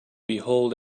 behold